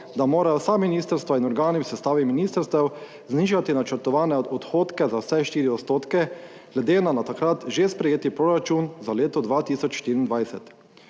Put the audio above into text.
da morajo vsa ministrstva in organi v sestavi ministrstev znižati načrtovane odhodke za vsaj 4 %, glede na takrat že sprejeti proračun za leto 2024.